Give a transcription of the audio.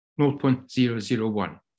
0.001